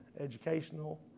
educational